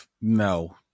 No